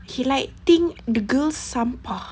he like think the girls sampah